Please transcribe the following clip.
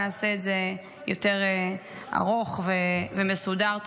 נעשה את זה יותר ארוך ומסודר.